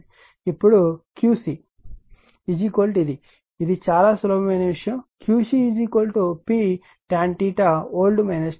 ఇప్పుడు Qc ఇది ఇది చాలా సులభమైన విషయం QcP ఉంటుంది